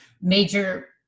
major